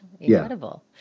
incredible